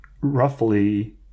roughly